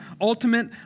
ultimate